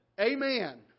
Amen